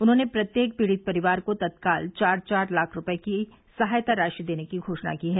उन्होंने प्रत्येक पीड़ित परिवार को तत्काल चार चार लाख रूपये की सहायता राशि देने की घोषणा की है